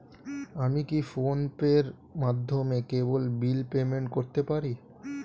আমি কি ফোন পের মাধ্যমে কেবল বিল পেমেন্ট করতে পারি?